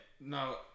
no